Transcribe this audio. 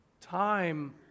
Time